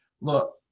Look